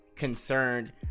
Concerned